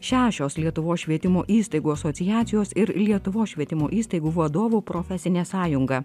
šešios lietuvos švietimo įstaigų asociacijos ir lietuvos švietimo įstaigų vadovų profesinė sąjunga